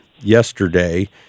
yesterday